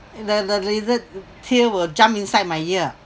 the the lizard tail will jump inside my ear